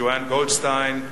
Joanne Goldstein,